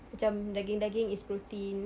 macam daging daging is protein